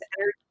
energy